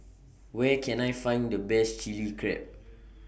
Where Can I Find The Best Chili Crab